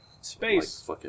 space